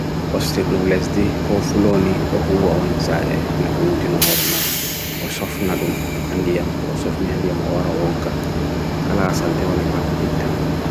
Osir dum lesdi kofuloni lohua ontshae na houti na oran mai Osofna dum handiyam, Osofni handiyam oran oga Kala asal tewanipat itan